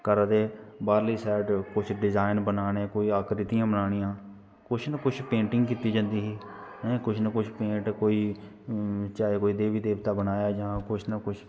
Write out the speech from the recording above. घरा दे बाह्रली साइड कुछ डिजाइन बनाने कोई आकृतियां बनानियां कुछ ना कुछ पेंटिंग कित्ती जंदी ही कुछ ना कुछ पेंट कोई चाहे कोई देवी देवता बनाने होन जां कुछ ना कुछ